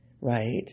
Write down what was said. right